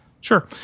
Sure